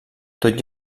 tot